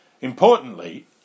Importantly